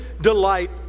delight